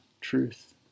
truth